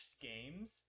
games